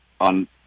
on